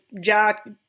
Jack